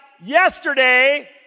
yesterday